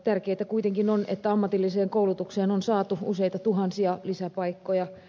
tärkeintä kuitenkin on että ammatilliseen koulutukseen on saatu useita tuhansia lisäpaikkoja